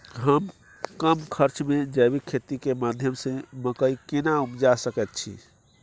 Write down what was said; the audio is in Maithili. हम कम खर्च में जैविक खेती के माध्यम से मकई केना उपजा सकेत छी?